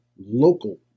local